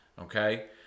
Okay